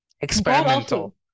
experimental